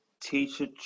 Teacher